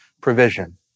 provision